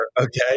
okay